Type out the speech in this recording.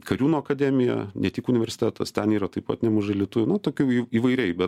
kariūnų akademija ne tik universitetas ten yra taip pat nemažai lietuvių nu tokių į įvairiai bet